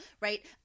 right